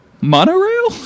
Monorail